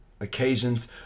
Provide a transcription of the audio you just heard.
occasions